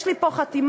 יש לי פה חתימה